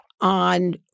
on